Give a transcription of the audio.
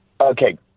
Okay